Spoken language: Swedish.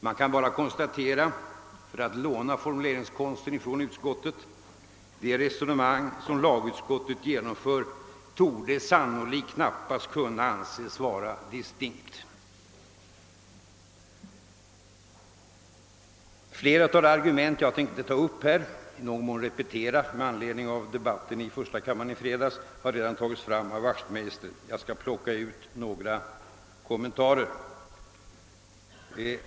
Man kan bara konstatera — för att låna formuleringskonsten från utskottet — att det resonemang som lagutskottet för sannolikt knappast torde kunna vara distinkt. Flera av de argument jag hade tänkt ta upp här har redan framförts av herr Wachtmeister. Jag skall därför bara plocka ut några kommentarer.